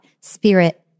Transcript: Spirit